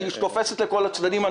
היא תופסת לכל הצדדים.